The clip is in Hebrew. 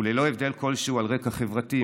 וללא הבדל כלשהו על רקע חברתי,